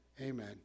amen